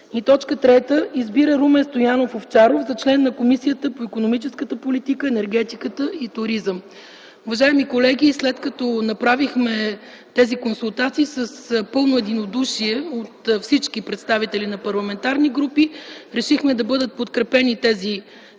и туризъм. 3. Избира Румен Стоянов Овчаров за член на Комисията по икономическата политика, енергетиката и туризъм.” Уважаеми колеги, след като направихме тези консултации с пълно единодушие от всички представители на парламентарни групи, решихме да бъдат подкрепени тези проекти